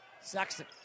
Sexton